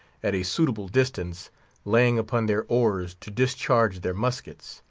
at a suitable distance laying upon their oars to discharge their muskets.